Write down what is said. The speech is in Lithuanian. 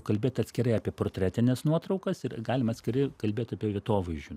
kalbėt atskirai apie portretines nuotraukas ir galima atskirai kalbėt apie vietovaizdžių